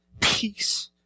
peace